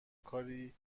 کاری